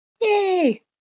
Yay